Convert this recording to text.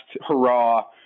hurrah